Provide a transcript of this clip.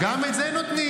גם את זה נותנים.